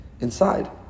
inside